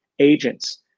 agents